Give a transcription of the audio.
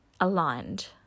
aligned